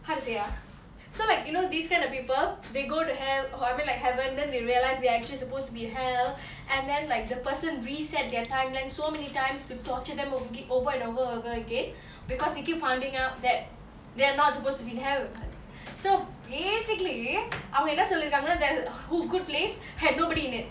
how to say ah so like you know this kind of people they go to hell or I mean like heaven then they realise they're actually supposed to be hell and then like the person reset their timeline so many times to torture them you over and over over again because they keep finding out that they're not supposed to be in hell so basically அவங்க என்ன சொல்லிருகாங்கனா:avanga enna sollirukangana that who good place had nobody in it